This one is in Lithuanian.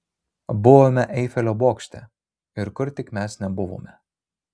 buvome eifelio bokšte ir kur tik mes nebuvome